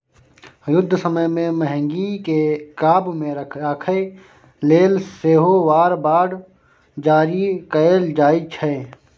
युद्ध समय मे महगीकेँ काबु मे राखय लेल सेहो वॉर बॉड जारी कएल जाइ छै